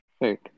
Right